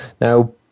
Now